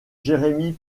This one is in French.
jeremy